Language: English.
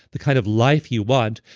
the kind of life you want,